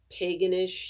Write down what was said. paganish